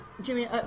Jimmy